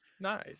Nice